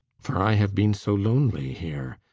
for i have been so lonely here.